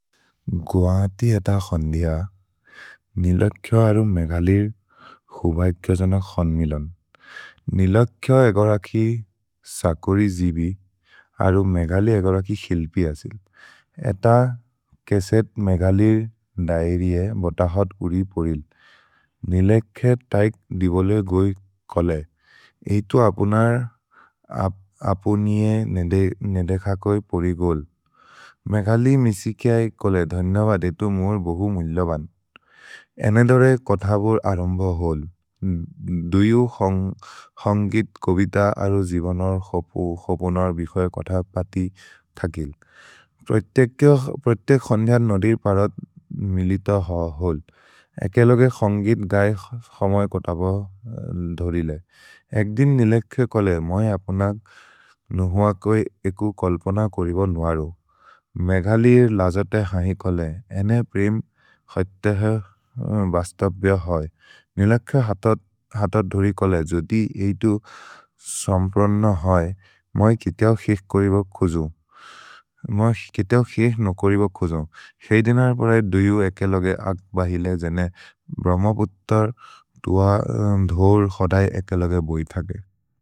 गुआति एत क्सोन्दिअ, निलोक्यो अरु मेघलिर् क्सुबै किअ जन क्सोन्द् मिलोन्। निलोक्यो एगोर कि सकोरि जिबि, अरु मेघलि एगोर कि क्सिल्पि असिल्। एत केसेत् मेघलिर् दैरिए बोत होत् उरि पोरिल्। निलोखे तैक् दिबोले गोइ कोले, हि तु अपुनर् अपु निये नेदेख कोइ पोरि गोल्। मेघलि मिसिकिऐ कोले, धन्जब देतु मुअर् बोहु मुइलोबन्। एने दोरे कोथबोर् अरोम्बो होल्। दुयु क्सोन्गित्, कोबित, अरु जिबोनोर् क्सोपोनोर् बिफो ए कोथबति थगिल्। प्रेतेक् क्सोन्द्जर् नोदिर् परत् मिलितो होल्। एके लोगे क्सोन्गित् गै क्समए कोथबो धोरिले। एक् दिन् निलोखे कोले, मोइ अपुनक् नुहुअ कोइ एकु कोल्पोन कोरिबो नुअरु। मेघलिर् लजोत हहि कोले, एने प्रेम् क्सैतहर् बस्तब्य होइ। निलोखे हत धोरि कोले, जोदि हि तु सम्प्रन्न होइ, मोइ कितिऔ क्सेस् कोरिबो खोजो। मोइ कितिऔ क्सेस् नो कोरिबो खोजो। सेज् दिनर् पोरए दुयु एके लोगे अक् बहिले, जेने ब्रह्मपुत्तर् धोर् क्सोदए एके लोगे बोइ थगे।